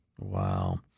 Wow